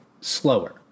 slower